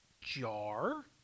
jar